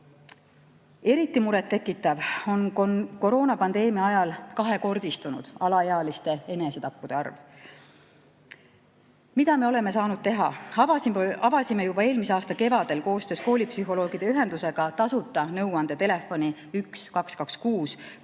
Eriti muret tekitav on koroonapandeemia ajal kahekordistunud alaealiste enesetappude arv. Mida me oleme saanud teha? Avasime juba eelmise aasta kevadel koostöös koolipsühholoogide ühendusega tasuta nõuandetelefoni 1226,